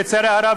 לצערי הרב,